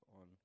on